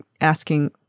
asking